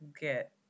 get